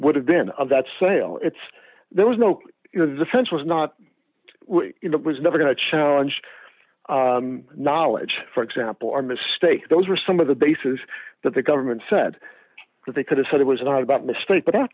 would have been of that sale it's there was no you know the sense was not was never going to challenge knowledge for example or mistake those were some of the bases that the government said that they could have said it was not about mistake but